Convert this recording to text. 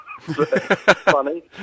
Funny